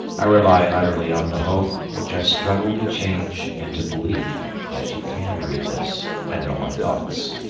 i rely utterly on the hope, which i struggle to change into belief, that you can read this and know my thoughts.